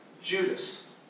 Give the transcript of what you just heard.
Judas